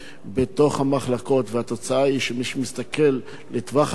והתוצאה היא שמי שמסתכל לטווח ארוך,